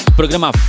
programa